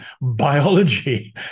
biology